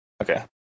okay